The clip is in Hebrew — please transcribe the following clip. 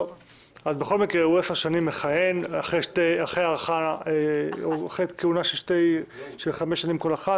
הוא מכהן עשר שנים שתי כהונות של חמש שנים כל אחת,